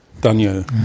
Daniel